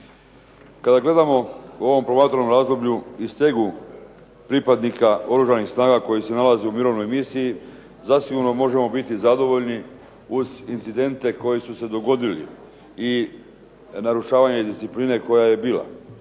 Kada gledamo u ovom promatranom razdoblju i stegu pripadnika oružanih snaga koji se nalaze u mirovnoj misiji zasigurno možemo biti zadovoljni uz incidente koji su se dogodili i narušavanje discipline koja je bila.